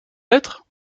lettres